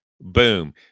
boom